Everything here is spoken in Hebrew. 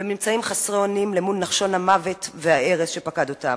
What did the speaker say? והם נמצאים חסרי אונים למול נחשול המוות וההרס שפקד אותם.